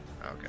Okay